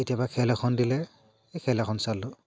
কেতিয়াবা খেল এখন দিলে সেই খেল এখন চালোঁ